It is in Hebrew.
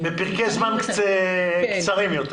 בפרקי זמן קצרים יותר.